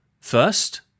First